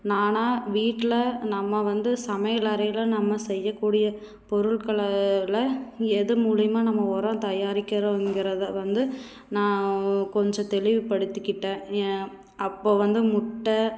நானாக வீட்டில் நம்ம வந்து சமையலறையில் நம்ம செய்யக்கூடிய பொருள்களை எது மூலியமாக நம்ம உரம் தயாரிக்கிறோங்கிறதை வந்து நான் கொஞ்சம் தெளிவு படுத்திகிட்டேன் ஏ அப்போ வந்து முட்டை